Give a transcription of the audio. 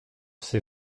ces